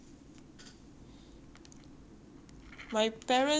my parents buy since young so I no need to care